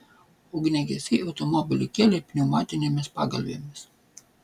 ugniagesiai automobilį kėlė pneumatinėmis pagalvėmis